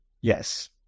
Yes